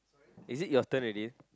is it your turn already